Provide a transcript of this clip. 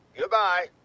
Goodbye